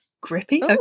Grippy